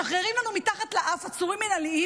משחררים לנו מתחת לאף עצורים מינהליים,